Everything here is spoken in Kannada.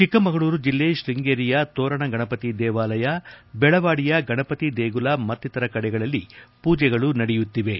ಚಿಕ್ಕಮಗಳೂರು ಜಿಲ್ಲೆ ಶ್ವಂಗೇರಿಯ ತೋರಣ ಗಣಪತಿ ದೇವಾಲಯ ಬೆಳವಾಡಿಯ ಗಣಪತಿ ದೇಗುಲ ಮತ್ತಿತರ ಕಡೆಗಳಲ್ಲಿ ಪೂಜೆಗಳು ನಡೆಯುತ್ತಿವೆ